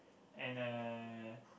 and uh